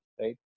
right